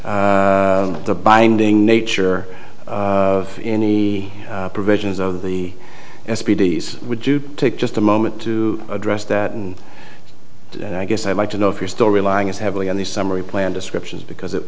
upon the binding nature in the provisions of the s p d s would you take just a moment to address that and i guess i'd like to know if you're still relying as heavily on the summary plan descriptions because it